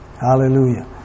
Hallelujah